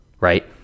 right